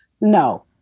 No